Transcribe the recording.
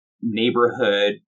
neighborhood